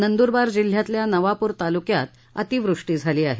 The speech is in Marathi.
नंदुरबार जिल्ह्यातल्या नवापूर तालुक्यात अतिवृष्टी झाली आहे